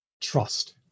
trust